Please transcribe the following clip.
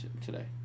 today